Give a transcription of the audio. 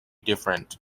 different